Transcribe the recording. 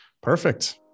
Perfect